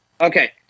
Okay